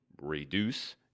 reduce